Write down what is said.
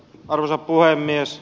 arvoisa puhemies